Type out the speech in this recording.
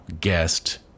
guest